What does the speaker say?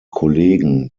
kollegen